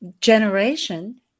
generation